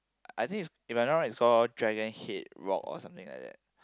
I think it's if I'm not wrong is called dragon head rock or something like that